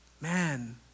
man